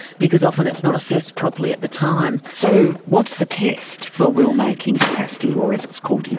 because often it's not assessed properly at the time. so what's the test for will-making capacity or, as it's called, you know